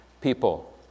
people